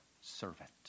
servant